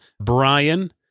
Brian